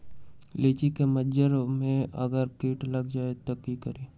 लिचि क मजर म अगर किट लग जाई त की करब?